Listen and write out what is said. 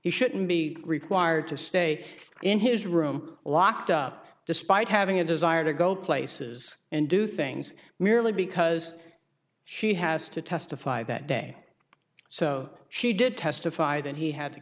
he shouldn't be required to stay in his room locked up despite having a desire to go places and do things merely because she has to testify that day so she did testify that he had the